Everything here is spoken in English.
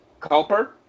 Culper